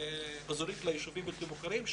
האזורית לישובים הבלתי מוכרים,